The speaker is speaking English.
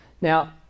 Now